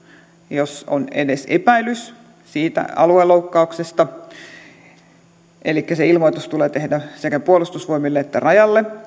jos on edes epäilys siitä alueloukkauksesta se ilmoitus tulee tehdä sekä puolustusvoimille että rajalle